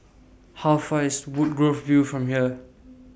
How Far IS Woodgrove View from here